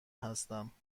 هستم